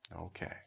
Okay